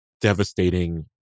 devastating